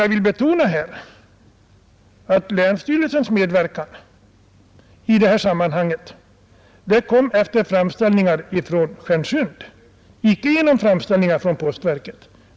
Jag vill emellertid betona att länsstyrelsens medverkan kom till stånd efter framställning från Stjärnsundsborna, icke från postverket.